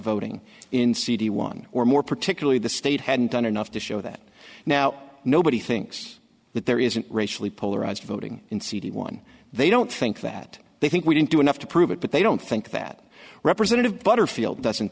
voting in cd one or more particularly the state hadn't done enough to show that now nobody thinks that there isn't racially polarized voting in cd one they don't think that they think we didn't do enough to prove it but they don't think that representative butterfield doesn't